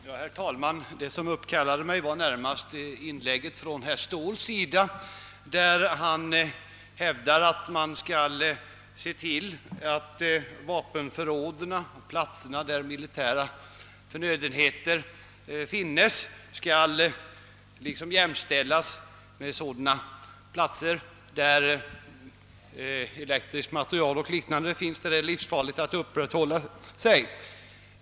Herr talman! Det som uppkallade mig var närmast herr Ståhls inlägg när han hävdar att de platser där vapen och andra militära förnödenheter förvaras skulle kunna jämställas med områden där elektriska anläggningar och liknande finns och där det är livsfarligt att uppehålla sig.